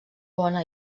bona